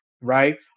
right